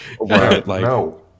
No